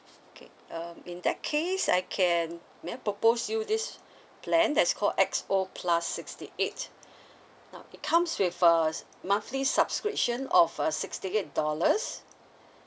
okay um in that case I can may I propose you this plan that's called X O plus sixty eight now it comes with a monthly subscription of a sixty eight dollars